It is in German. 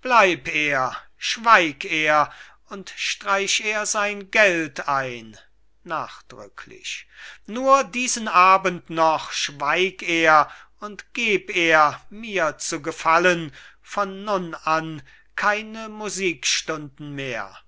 bleib er schweig er und streich er sein geld ein nachdrücklich nur diesen abend noch schweig er und geb er mir zu gefallen von nun an keine musikstunden mehr